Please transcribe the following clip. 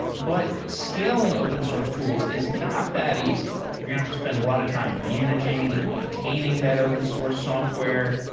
but scaling open source tools is not that easy. you're going to have to spend a lot of time managing and maintaining that open source software.